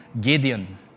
Gideon